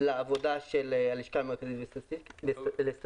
לעבודה של הלשכה המרכזית לסטטיסטיקה.